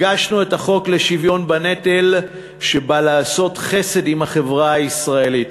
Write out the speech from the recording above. הגשנו את החוק לשוויון בנטל שבא לעשות חסד עם החברה הישראלית.